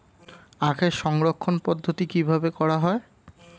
আখের সংরক্ষণ পদ্ধতি কিভাবে করা হয়?